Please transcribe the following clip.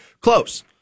close